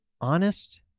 honest